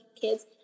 kids